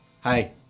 Hi